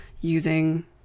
using